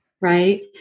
right